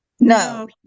No